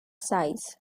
size